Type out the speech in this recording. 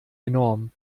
enorm